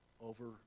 over